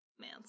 man